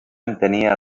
entenia